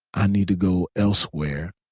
i need to go elsewhere.